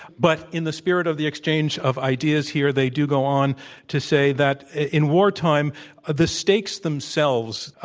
but in the spirit of the exchange of ideas here they do go on to say that in wartime the stakes themselves,